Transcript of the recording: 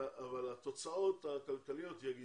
אבל התוצאות הכלכליות יגידו,